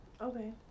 Okay